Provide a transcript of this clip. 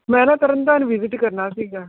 ਮੈਂ ਨਾ ਤਰਨ ਤਾਰਨ ਵਿਜ਼ਿਟ ਕਰਨਾ ਸੀਗਾ